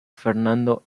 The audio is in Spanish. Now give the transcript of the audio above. fernando